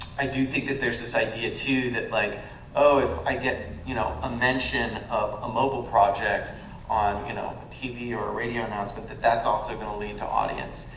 i do think that there's this idea too that like oh, if i get you know a mention of a mobile project on you know a tv or a radio announcement that that's also going to lead to audience.